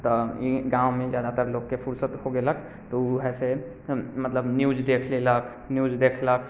तऽ गाँवमे जादातर लोकके फुर्सत हो गेलक तऽ ओ है से मतलब न्यूज देखि लेलक न्यूज देखलक